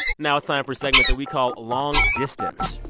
now it's time for a segment that we call long distance.